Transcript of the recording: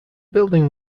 building